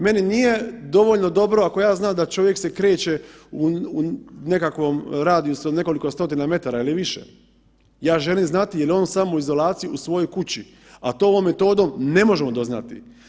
Meni nije dovoljno dobro ako ja znam da čovjek se kreće u nekakvom radijusu od nekoliko stotina metara ili više, ja želim znati je li on u samoizolaciji u svojoj kući, a to ovom metodom ne možemo doznati.